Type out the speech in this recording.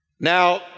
Now